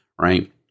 Right